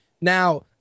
Now